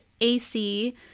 AC